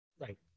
Right